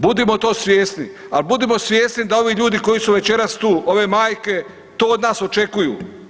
Budimo to svjesni, ali budimo svjesni da ovi ljudi koji su večeras tu, ove majke to od nas očekuju.